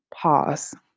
pause